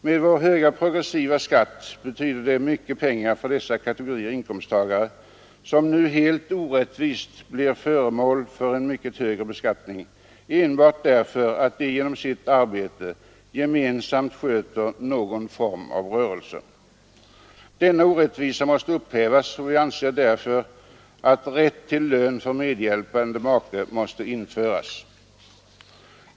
Med vår höga progressiva skatt betyder det mycket pengar för dessa kategorier inkomsttagare, som nu helt orättvist blir re beskattning, enbart därför att de genom sitt arbete gemensamt sköter någon form av rörelse. Denna orättvisa måste upphävas, och vi anser därför att rätt till lön för medhjälpande make måste införas.